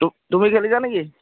ত তুমি খেলিছা নেকি